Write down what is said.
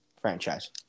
franchise